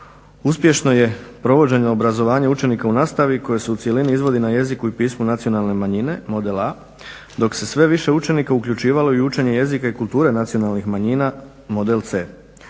Uspješno je provođeno obrazovanje učenika u nastavi koje se u cjelini izvodi na jeziku i pismu nacionalne manjine model A, dok se sve više učenika uključivalo i u učenje jezika i kulture nacionalnih manjina, model C.